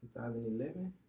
2011